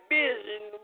vision